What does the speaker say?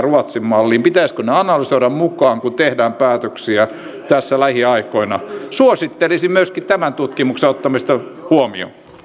onko meillä valmiuksia tähän syvenemiseen joka on varsin nopeasti nyt tapahtumassa ja pystymmekö vastaamaan tähän huutoon